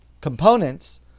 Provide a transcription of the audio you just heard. components